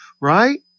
Right